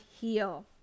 heal